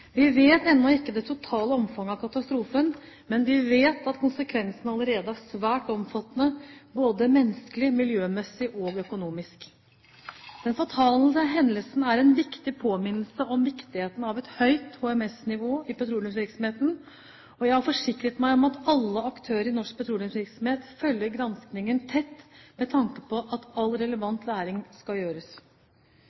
Vi vet ennå ikke det totale omfanget av katastrofen, men vi vet at konsekvensene allerede er svært omfattende, både menneskelig, miljømessig og økonomisk. Den fatale hendelsen er en viktig påminnelse om viktigheten av et høyt HMS-nivå i petroleumsvirksomheten, og jeg har forsikret meg om at alle aktører i norsk petroleumsvirksomhet følger granskningen tett med tanke på at all